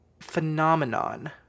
phenomenon